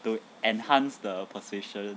to enhance the persuasion